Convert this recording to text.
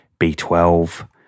B12